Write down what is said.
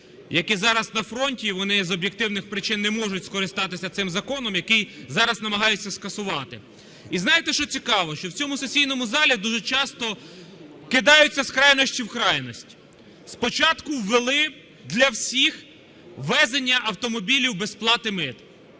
які зараз на фронті, і вони з об'єктивних причин не можуть скористатися цим законом, який зараз намагаються скасувати. І, знаєте, що цікаво, що в цьому сесійному залі дуже часто кидаються з крайності в крайність. Спочатку ввели для всіх ввезення автомобілів без сплати мит.